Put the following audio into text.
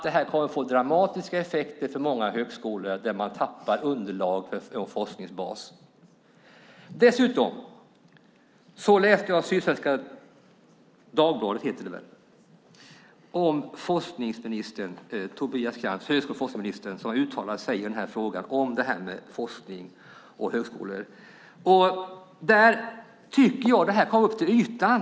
Det kommer att innebära dramatiska effekter för många högskolor som tappar underlag och forskningsbas. I Sydsvenska Dagbladet uttalar sig högskole och forskningsminister Tobias Krantz om forskningen. Där tycker jag att detta kommer upp till ytan.